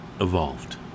Evolved